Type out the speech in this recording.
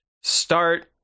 start